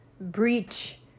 breach